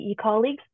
colleagues